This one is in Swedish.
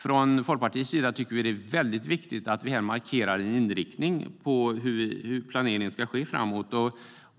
Från Folkpartiets sida tycker vi att det är väldigt viktigt att vi här markerar en inriktning för hur planeringen ska ske framåt.